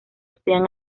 sean